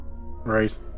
Right